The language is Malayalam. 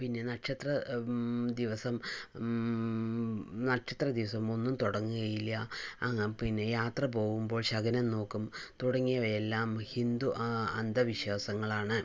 പിന്നെ നക്ഷത്ര ദിവസം നക്ഷത്രദിവസം ഒന്നും തുടങ്ങുകയില്ല പിന്നെ യാത്ര പോകുമ്പോൾ ശകുനം നോക്കും തുടങ്ങിയവയെല്ലാം ഹിന്ദു അന്ധവിശ്വാസങ്ങളാണ്